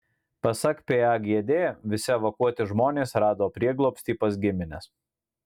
pasak pagd visi evakuoti žmonės rado prieglobstį pas gimines